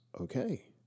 okay